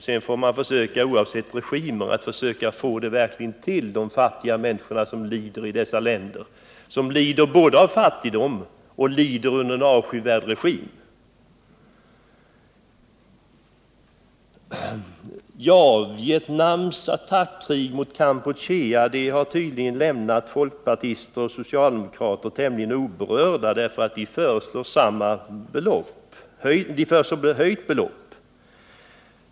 Sedan får man oavsett regimer försöka styra hjälpen till de verkligt fattiga människor i dessa länder, som lider både av fattigdom och under en avskyvärd regim. Vietnams attackkrig mot Kampuchea har tydligen lämnat folkpartister och socialdemokrater tämligen oberörda, ty de föreslår ett höjt belopp.